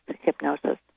hypnosis